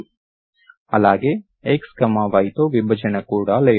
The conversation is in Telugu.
అలాగే x yతో విభజన కూడా లేదు